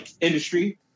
industry